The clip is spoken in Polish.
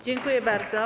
Dziękuję bardzo.